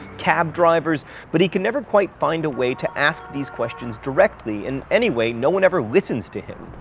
cab drivers but he can never quite find a way to ask these questions directly, and anyway, no one ever listens to him.